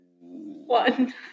One